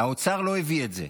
האוצר לא הביא את זה.